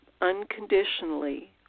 unconditionally